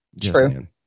True